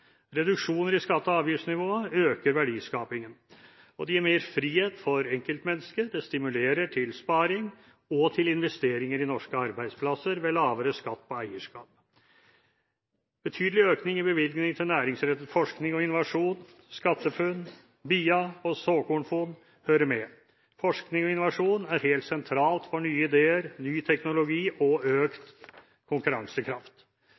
Reduksjoner i skatte- og avgiftsnivået øker verdiskapingen. Det gir mer frihet for enkeltmennesker, det stimulerer til sparing og til investeringer i norske arbeidsplasser ved lavere skatt på eierskap. Betydelig økning i bevilgninger til næringsrettet forskning og innovasjon, skatteFUNN, BIA, og såkornfond hører med. Forskning og innovasjon er helt sentralt for nye ideer, ny teknologi og økt konkurransekraft.